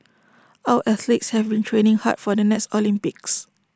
our athletes have been training hard for the next Olympics